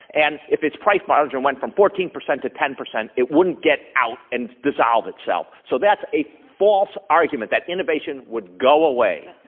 and if it's price margin went from fourteen percent to ten percent, it wouldn't get out and dissolve itself. so that's a false argument that innovation would go away.